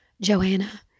Joanna